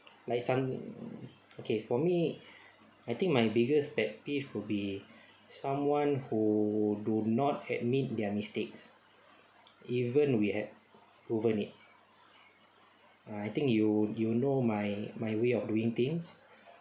like some okay for me I think my biggest pet peeve would be someone who do not admit their mistakes even we have proven it I think you you know my my way of doing things